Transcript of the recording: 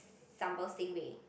sambal stingray